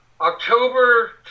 October